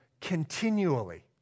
continually